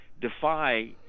defy